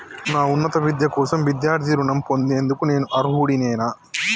నా ఉన్నత విద్య కోసం విద్యార్థి రుణం పొందేందుకు నేను అర్హుడినేనా?